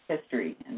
history